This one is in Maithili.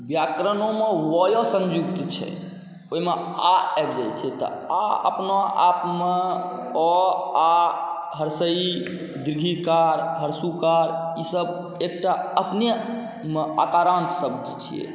व्याकरणोमे व य सँयुक्त छै ओहिमे आ आबि जाइ छै तऽ आ अपना आपमे अ आ हर्सइ दीर्घिकार हरसुकार ईसब एकटा अपनेमे अकारान्त शब्द छिए